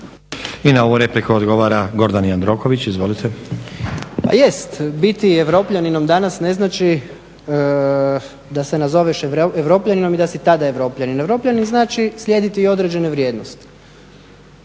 I na ovu repliku odgovara Gordan Jandroković. Izvolite. **Jandroković, Gordan (HDZ)** Pa jest, biti europljaninom danas ne znači da se nazoveš europljaninom i da si tada europljanin. Europljanin znači slijediti određene vrijednosti.